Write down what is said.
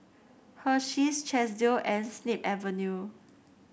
Hersheys Chesdale and Snip Avenue